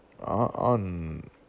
on